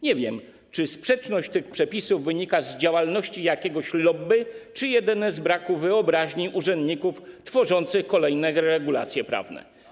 Nie wiem, czy sprzeczność tych przepisów wynika z działalności jakiegoś lobby, czy jedynie z braku wyobraźni urzędników tworzących kolejne regulacje prawne.